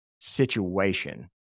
situation